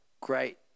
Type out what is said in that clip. great